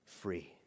free